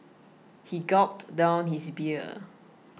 he gulped down his beer